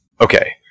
Okay